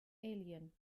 alien